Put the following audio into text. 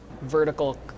vertical